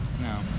No